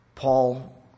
Paul